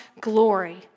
glory